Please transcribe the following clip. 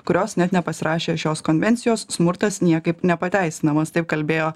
kurios net nepasirašė šios konvencijos smurtas niekaip nepateisinamas taip kalbėjo